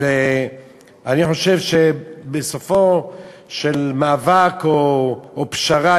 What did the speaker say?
אני חושב שבסופו של מאבק או פשרה,